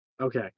Okay